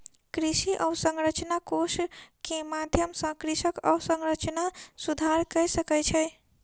कृषि अवसंरचना कोष के माध्यम सॅ कृषक अवसंरचना सुधार कय सकै छै